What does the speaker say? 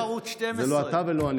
זה לא ערוץ 12. זה לא אתה ולא אני.